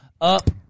up